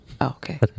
okay